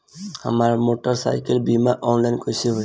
हमार मोटर साईकीलके बीमा ऑनलाइन कैसे होई?